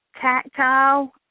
tactile